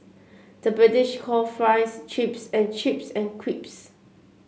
the British call fries chips and chips